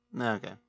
Okay